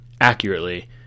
accurately